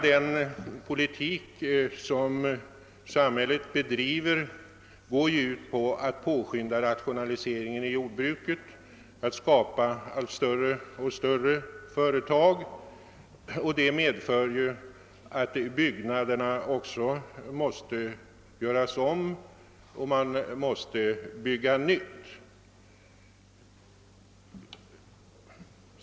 Samhällets hela politik går ju ut på att påskynda rationaliseringen inom jordbruket, att skapa allt större företag, vilket medför att byggnaderna måste göras om och att det måste byggas nytt.